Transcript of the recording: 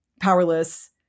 powerless